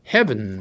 Heaven